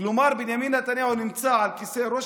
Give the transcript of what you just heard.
כלומר בנימין נתניהו נמצא על כיסא ראש